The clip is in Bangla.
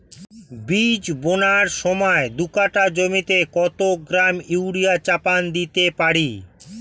বীজ বোনার সময় দু কাঠা জমিতে কত গ্রাম ইউরিয়া চাপান দিতে পারি?